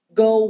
go